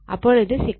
അപ്പോൾ ഇത് 6